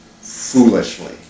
foolishly